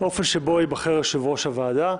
באופן שבו ייבחר יושב-ראש הוועדה.